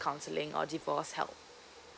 counselling or divorced help